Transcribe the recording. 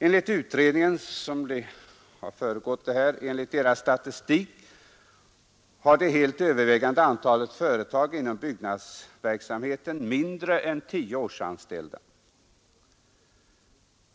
Enligt byggarbetskraftsutredningens statistik har det helt övervägande antalet inom byggnadsverksamheten mindre än 10 årsanställda.